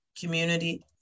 community